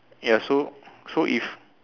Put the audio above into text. ya so so if